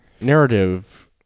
narrative